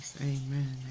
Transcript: Amen